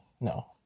No